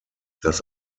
das